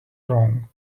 wrong